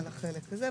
על החלק הזה,